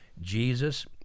Jesus